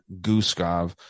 Guskov